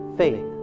faith